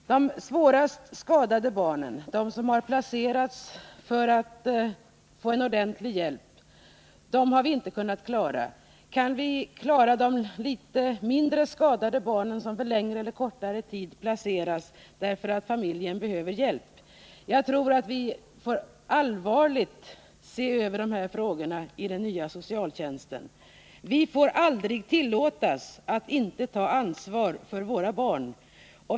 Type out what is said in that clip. De svårast skadade barnen, de som har placerats för att få en ordentlig hjälp, har vi inte kunnat klara. Kan vi klara de litet mindre skadade barnen, som för längre eller kortare tid placeras i fosterhem därför att familjen behöver hjälp? Jagtror att vi med allvar måste se över de här frågorna vid behandlingen av propositionen om den nya socialtjänsten. Vi får aldrig tillåtas att inte ta ansvar för våra barn.